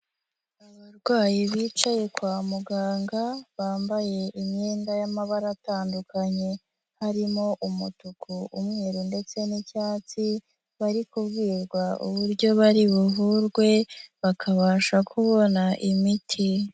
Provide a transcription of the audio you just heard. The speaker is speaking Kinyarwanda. Abarwayi bicaye kwa muganga bambaye imyenda y'amabara atandukanye harimo umutuku, umweru ndetse n'icyatsi, bari kubwirwa uburyo bari buvurwe bakabasha kubona imiti.